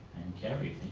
carried,